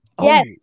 Yes